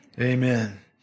amen